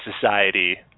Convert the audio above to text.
Society